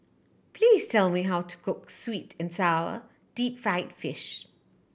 please tell me how to cook sweet and sour deep fried fish